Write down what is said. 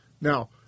Now